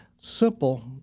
simple